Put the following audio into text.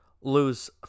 lose